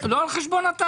אבל לא על חשבון התעשייה,